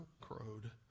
crowed